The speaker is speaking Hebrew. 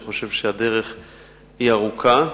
אני חושב שהדרך ארוכה,